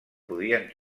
podien